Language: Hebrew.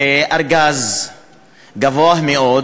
זה ארגז גבוה מאוד,